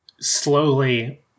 slowly